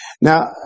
Now